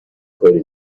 کاری